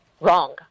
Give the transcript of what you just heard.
wrong